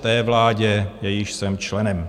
Té vládě, jejímž jsem členem.